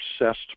obsessed